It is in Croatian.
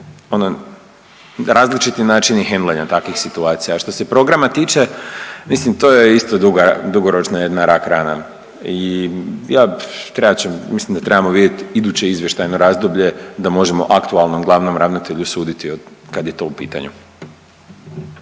različiti načini hendlanja takvih situacija. A što se programa tiče mislim to je isto duga, dugoročna jedna rak rana i ja trebat će, mislim da trebamo vidjeti iduće izvještajno razdoblje da možemo aktualnom glavnom ravnatelju suditi kad je to u pitanju.